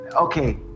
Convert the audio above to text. okay